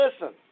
listen